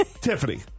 Tiffany